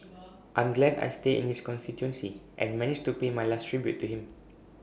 I'm glad I stay in his constituency and managed to pay my last tribute to him